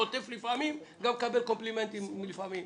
חוטף לפעמים ומקבל קומפלימנטים לפעמים.